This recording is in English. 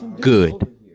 good